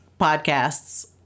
podcasts